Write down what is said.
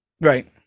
right